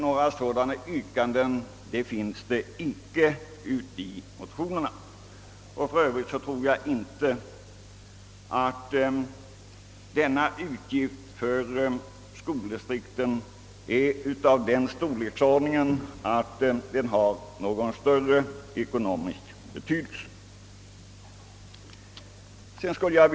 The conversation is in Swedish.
Några sådana yrkanden framfördes emellertid inte i motionerna. För övrigt tror jag inte att denna utgift är av någon större ekonomisk betydelse för skoldistrikten.